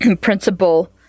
principle